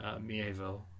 Mieville